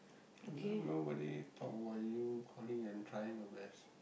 nobody talk about you calling and trying your best